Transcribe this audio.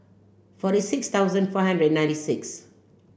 forty six thousand five hundred ninety six